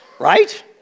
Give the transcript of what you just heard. Right